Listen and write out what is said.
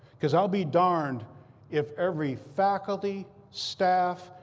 because i'll be darned if every faculty, staff,